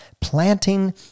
planting